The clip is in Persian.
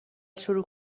شروع